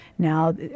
Now